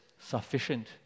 sufficient